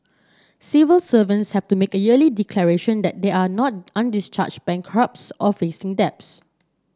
civil servants have to make a yearly declaration that they are not undischarged bankrupts or facing debts